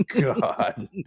God